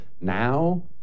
now